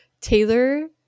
Taylor